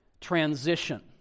transition